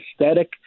aesthetic